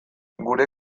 gure